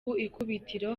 ikubitiro